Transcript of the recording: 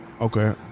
Okay